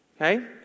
Okay